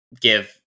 give